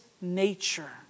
nature